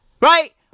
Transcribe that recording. right